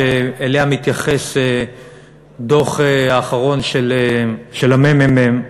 שאליה מתייחס הדוח האחרון של הממ"מ,